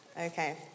Okay